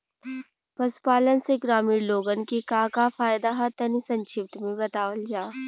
पशुपालन से ग्रामीण लोगन के का का फायदा ह तनि संक्षिप्त में बतावल जा?